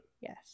Yes